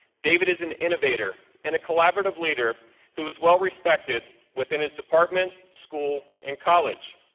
david is an innovator and a collaborative leader who is well respected within his department, school, and college.